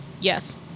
Yes